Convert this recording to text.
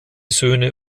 söhne